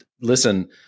listen